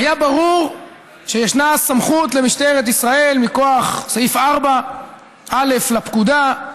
היה ברור שמכוח סעיף 4א לפקודה,